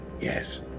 Yes